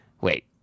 Wait